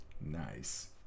nice